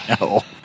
No